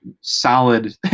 solid